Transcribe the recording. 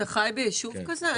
אתה חי ביישוב כזה?